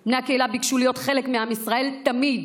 בני הקהילה ביקשו להיות חלק מעם ישראל תמיד.